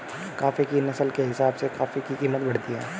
coffee की नस्ल के हिसाब से कॉफी की कीमत बढ़ती है